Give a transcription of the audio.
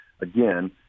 again